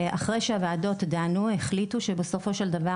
ואחרי שהוועדות דנו החליטו שבסופו של דבר